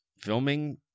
filming